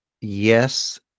yes